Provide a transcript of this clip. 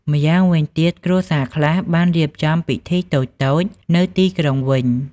ម្យ៉ាងវិញទៀត គ្រួសារខ្លះបានរៀបចំពិធីតូចៗនៅទីក្រុងវិញ។